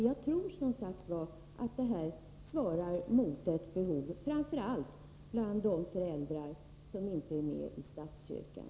Jag tror, som sagt, att detta skulle svara mot ett behov, framför allt bland de föräldrar som inte är med i statskyrkan.